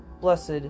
blessed